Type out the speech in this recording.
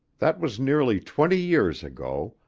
that was nearly twenty years ago,